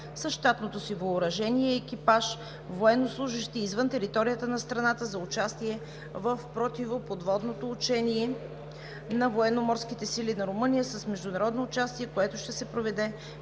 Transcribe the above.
с щатното си въоръжение и екипаж военнослужещи извън територията на страната за участие в противоподводното учение на Военноморските сили на Румъния с международно участие, което ще се проведе